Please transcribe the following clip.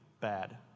bad